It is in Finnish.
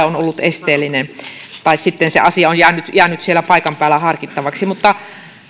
on ollut esteellinen tai sitten se asia on jäänyt jäänyt siellä paikan päällä harkittavaksi mutta